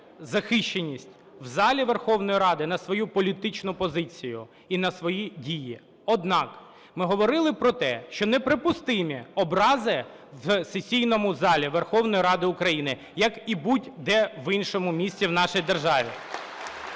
захищеність в залі Верховної Ради на свою політичну позицію і на свої дії. Однак ми говорили про те, що неприпустимі образи в сесійному залі Верховної Ради України, як і будь-де в іншому місці в нашій державі.